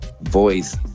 voice